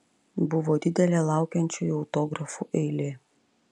buvo didelė laukiančiųjų autografų eilė